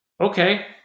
okay